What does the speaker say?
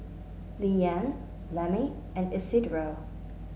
Leeann Lemmie and Isidro